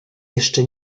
jeszcze